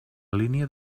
línia